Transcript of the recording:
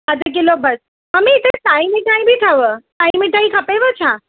अधि किलो बसि मम्मी हिते साही मिठाई बि अथव साही मिठाई खपेव छा